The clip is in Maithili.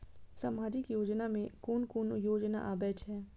सामाजिक योजना में कोन कोन योजना आबै छै?